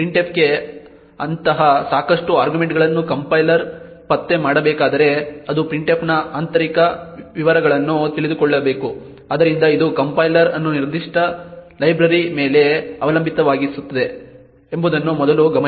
printfಗೆ ಅಂತಹ ಸಾಕಷ್ಟು ಆರ್ಗ್ಯುಮೆಂಟ್ಗಳನ್ನು ಕಂಪೈಲರ್ ಪತ್ತೆ ಮಾಡಬೇಕಾದರೆ ಅದು printfನ ಆಂತರಿಕ ವಿವರಗಳನ್ನು ತಿಳಿದುಕೊಳ್ಳಬೇಕು ಆದ್ದರಿಂದ ಇದು ಕಂಪೈಲರ್ ಅನ್ನು ನಿರ್ದಿಷ್ಟ ಲೈಬ್ರರಿಯ ಮೇಲೆ ಅವಲಂಬಿತವಾಗಿಸುತ್ತದೆ ಎಂಬುದನ್ನು ಮೊದಲು ಗಮನಿಸಿ